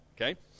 okay